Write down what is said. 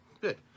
Good